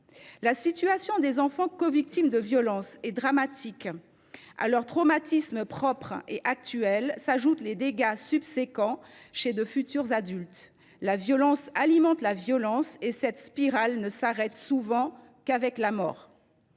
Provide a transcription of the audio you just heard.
La situation des enfants covictimes de violences est dramatique. À leur traumatisme propre et actuel s’ajoutent les dégâts subséquents chez de futurs adultes. La violence alimente la violence, et, souvent, cette spirale ne s’arrête qu’avec la mort.